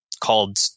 called